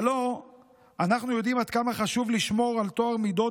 הלוא אנחנו יודעים עד כמה חשוב לשמור על טוהר מידות,